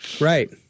Right